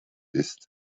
ist